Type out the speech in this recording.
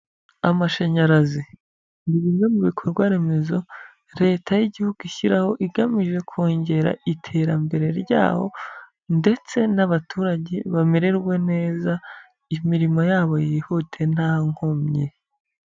Amashanyarazi ni bimwe bikorwaremezo, leta y'igihugu ishyiraho igamije kongera iterambere ryaho ndetse n'abaturage bamererwe neza, imirimo yabo yihute nta nkomyi.